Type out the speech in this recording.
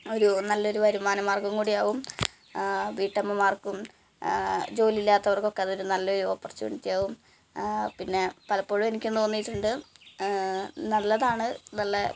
ഒരു നല്ലൊരു വരുമാനമാര്ഗ്ഗം കൂടി ആവും വീട്ടമ്മമാര്ക്കും ജോലി ഇല്ലാത്തവര്ക്കൊക്കെ അതൊരു നല്ല ഓപ്പര്ച്ചുണിറ്റി ആവും പിന്നെ പലപ്പോഴും എനിക്കും തോന്നിയിട്ടുണ്ട് നല്ലതാണ് നല്ല